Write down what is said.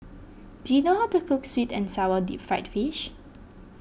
do you know how to cook Sweet and Sour Deep Fried Fish